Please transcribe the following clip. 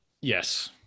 Yes